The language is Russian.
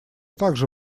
также